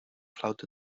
flauta